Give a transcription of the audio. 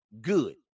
good